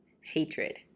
hatred